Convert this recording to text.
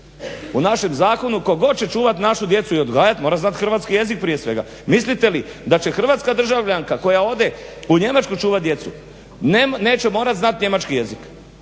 U našem zakonu tko god će čuvati našu djecu i odgajat mora znati hrvatski jezik prije svega. Mislite li da će hrvatska državljanka koja ode u Njemačku čuvat djecu neće morat znati njemački jezik,